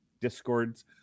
discords